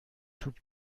توپ